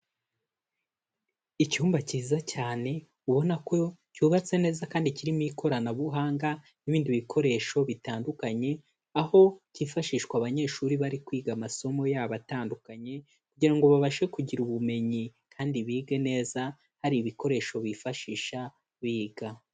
Icyumba cyiza cyane ubona ko cyubatse neza kandi kirimo ikoranabuhanga n'ibindi bikoresho bitandukanye, aho byifashishwa abanyeshuri bari kwiga amasomo yabo atandukanye, kugira ngo babashe kugira ubumenyi kandi bige neza hari ibikoresho bifashisha biga.